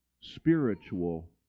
spiritual